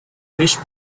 fish